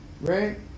right